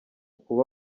kuba